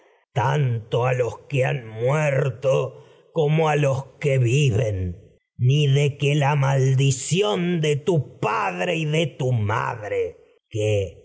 tanto a los que han muerto como y a los que viven ni de que la maldición de tu acometida esta padre de tu madre que